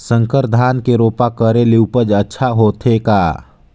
संकर धान के रोपा करे ले उपज अच्छा होथे का?